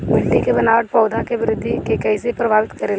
मिट्टी के बनावट पौधों की वृद्धि के कईसे प्रभावित करेला?